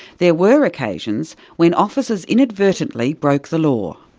there were occasions when officers inadvertently broke the law.